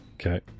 okay